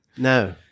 No